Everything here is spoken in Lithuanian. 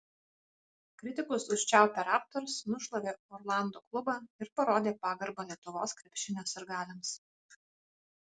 kritikus užčiaupę raptors nušlavė orlando klubą ir parodė pagarbą lietuvos krepšinio sirgaliams